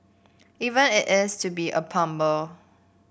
even if it's to be a plumber